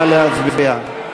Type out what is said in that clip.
נא להצביע.